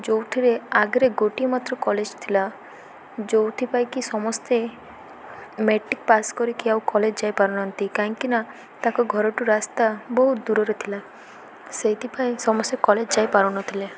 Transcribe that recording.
ଯେଉଁଥିରେ ଆଗରେ ଗୋଟିଏ ମାତ୍ର କଲେଜ୍ ଥିଲା ଯୋଉଥିପାଇଁ କିି ସମସ୍ତେ ମେଟ୍ରିକ୍ ପାସ୍ କରିକି ଆଉ କଲେଜ୍ ଯାଇପାରୁନାହାନ୍ତି କାହିଁକିନା ତାଙ୍କ ଘରଠୁ ରାସ୍ତା ବହୁତ ଦୂରରେ ଥିଲା ସେଇଥିପାଇଁ ସମସ୍ତେ କଲେଜ୍ ଯାଇପାରୁନଥିଲେ